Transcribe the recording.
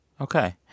Okay